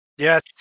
Yes